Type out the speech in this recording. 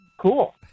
cool